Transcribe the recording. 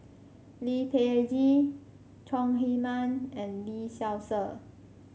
Lee Peh Gee Chong Heman and Lee Seow Ser